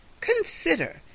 Consider